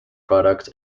products